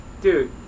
Dude